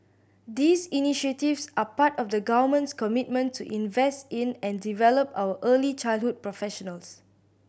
these initiatives are part of the Government's commitment to invest in and develop our early childhood professionals